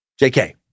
JK